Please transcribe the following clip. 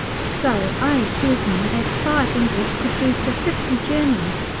so i assured him that five english could do for fifty germans,